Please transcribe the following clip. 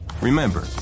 Remember